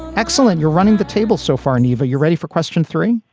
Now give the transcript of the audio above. excellent you're running the table so far and even you're ready for question three.